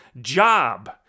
job